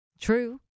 True